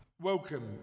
Welcome